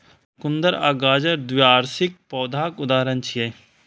चुकंदर आ गाजर द्विवार्षिक पौधाक उदाहरण छियै